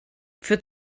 für